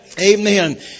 Amen